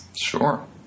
Sure